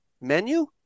menu